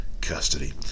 custody